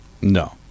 No